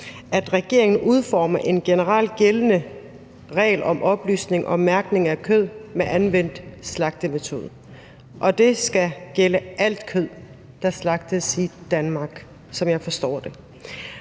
at regeringen udformer en generelt gældende regel om oplysning om mærkning af kød med anvendt slagtemetode, og det skal gælde alt kød, der slagtes i Danmark, som jeg forstår det.